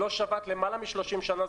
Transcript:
לא שבת למעלה מ-30 שנה,